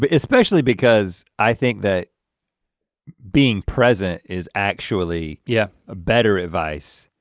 but especially because, i think that being present is actually yeah. a better advice.